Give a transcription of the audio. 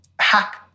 hack